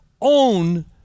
own